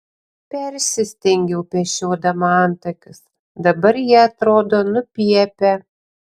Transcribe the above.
persistengiau pešiodama antakius dabar jie atrodo nupiepę